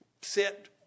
sit